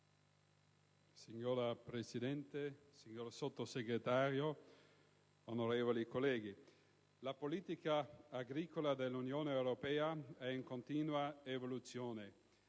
Signora Presidente, signor Sottosegretario, onorevoli colleghi, la politica agricola dell'Unione europea è in continua evoluzione.